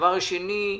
דבר שני,